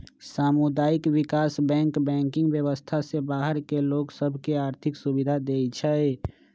सामुदायिक विकास bank banking व्यवस्था से बाहर के लोग सभ के आर्थिक सुभिधा देँइ छै